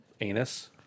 anus